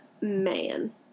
man